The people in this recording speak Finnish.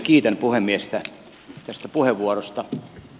kiitän puhemiestä tästä puheenvuorosta